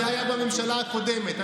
זה היה בממשלה הקודמת.